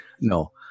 No